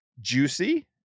juicy